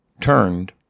turned